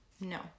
no